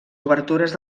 obertures